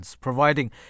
providing